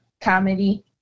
Comedy